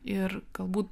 ir galbūt